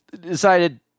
decided